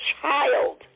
child